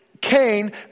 Cain